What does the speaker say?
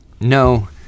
No